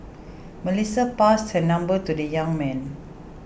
Melissa passed her number to the young man